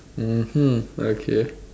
mmhmm okay